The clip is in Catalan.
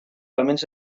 elements